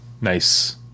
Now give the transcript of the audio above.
nice